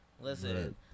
Listen